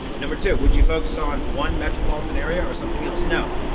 number two, would you focus on one metropolitan area or something else? no,